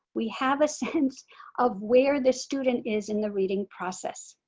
we have a sense of where the student is in the reading process.